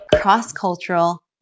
cross-cultural